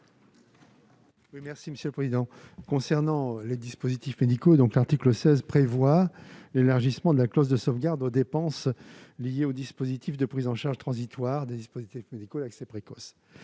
est à M. Alain Milon. Concernant les dispositifs médicaux, l'article 16 prévoit l'élargissement de la clause de sauvegarde aux dépenses liées au dispositif de prise en charge transitoire des dispositifs médicaux, plus connu